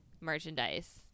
merchandise